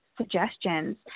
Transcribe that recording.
suggestions